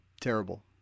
terrible